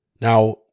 Now